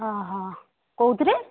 ହଁ ହଁ କଉଥିରେ